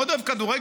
מאוד אוהב כדורגל,